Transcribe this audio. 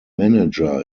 manager